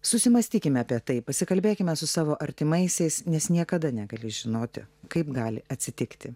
susimąstykime apie tai pasikalbėkime su savo artimaisiais nes niekada negali žinoti kaip gali atsitikti